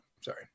sorry